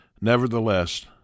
Nevertheless